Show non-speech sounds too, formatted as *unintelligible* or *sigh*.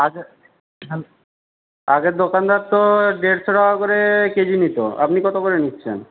আগে *unintelligible* আগের দোকানদার তো দেড়শো টাকা করে কেজি নিত আপনি কত করে নিচ্ছেন